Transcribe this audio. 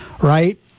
right